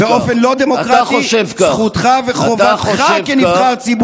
אתה פשוט ביזיון.